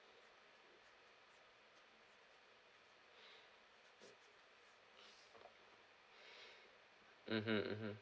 mmhmm mmhmm